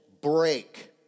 break